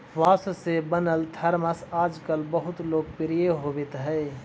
बाँस से बनल थरमस आजकल बहुत लोकप्रिय होवित हई